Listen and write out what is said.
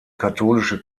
katholische